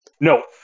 No